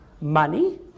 Money